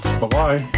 bye-bye